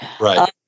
Right